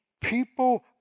people